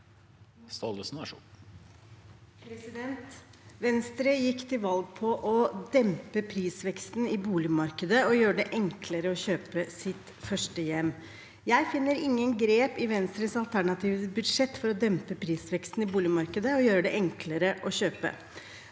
Staalesen (A) Venstre gikk til valg på å dempe prisveksten i boligmarkedet og gjøre det enklere å kjøpe sitt første hjem. Jeg finner ingen grep i Venstres alternative budsjett for å dempe prisveksten i boligmarkedet og gjøre det enklere å kjøpe.